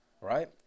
right